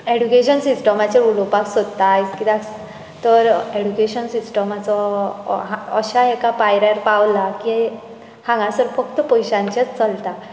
education सिस्टमाचेर उलोवपाक सोदता आयज कित्याक तर एडुकेशन सिस्टमाचो हा अश्या एका पायऱ्यार पावला के हांगासर फक्त पयशांचेंच चलता